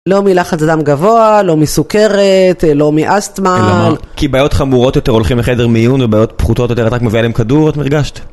לא מלחץ דם גבוה, לא מסוכרת, לא מאסטמה... כי מה? כי בעיות חמורות יותר הולכים לחדר מיון, ובעיות פחותות יותר את רק מביאה להם כדור, את הרגשת?